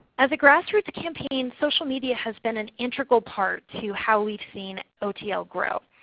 as a grassroots campaign, social media has been an integral part to how we've seen otl grow.